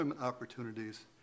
opportunities